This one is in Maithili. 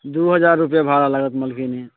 दू हजार रपैआ भाड़ा लागत मलकिनी